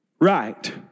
Right